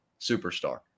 superstar